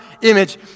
image